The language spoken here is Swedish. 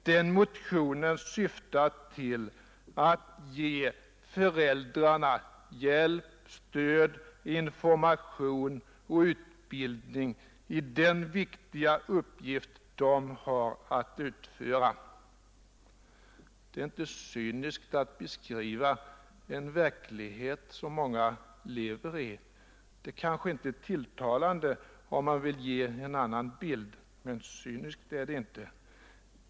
Den motionen syftar till att ge föräldrarna hjälp, stöd, information och utbildning i den viktiga uppgift de har att utföra. Det är inte cyniskt att beskriva den verklighet som många lever i. Det kanske inte känns tilltalande om man vill ge en vackrare bild av den verkligheten.